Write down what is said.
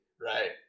right